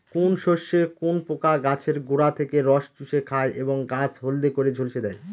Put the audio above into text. কোন শস্যে কোন পোকা গাছের গোড়া থেকে রস চুষে খায় এবং গাছ হলদে করে ঝলসে দেয়?